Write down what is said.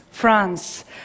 France